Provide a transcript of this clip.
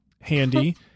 handy